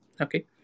okay